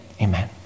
amen